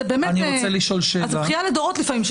לפעמים שיקול דעת זה בכייה לדורות.